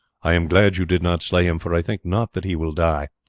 i am glad you did not slay him, for i think not that he will die.